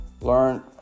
learn